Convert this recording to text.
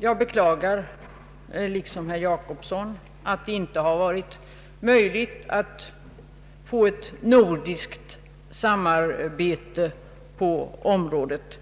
Jag beklagar, liksom herr Jacobsson, att det inte har varit möjligt att få till stånd ett nordiskt samarbete på området,